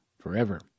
forever